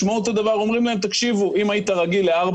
משמעות הדבר היא שאם העובד היה רגיל ל-5